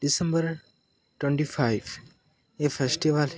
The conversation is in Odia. ଡିସେମ୍ବର ଟ୍ୱଣ୍ଟି ଫାଇଭ୍ ଏକ ଫେଷ୍ଟିବଲ୍